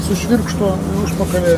su švirkštu užpakalyje